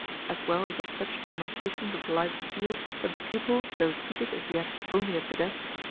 as well as of such demarcations of life's field that the pupil, though seated, as yet, only at the desk,